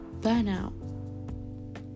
Burnout